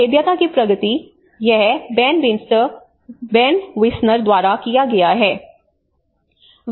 भेद्यता की प्रगति यह बेन विस्नर द्वारा किया गया है